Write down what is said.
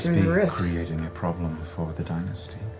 and be creating a problem for the dynasty.